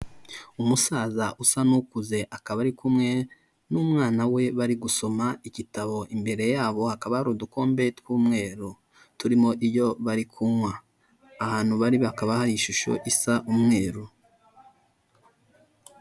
Umusaza usa n'ukuze akaba ari kumwe n'umwana we bari gusoma igitabo, imbere yabo hakaba hari udukombe tw'umweru turimo ibyo bari kunywa, ahantu bari bakaba hari ishusho isa umweru.